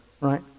right